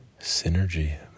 synergy